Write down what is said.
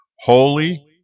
Holy